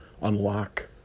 unlock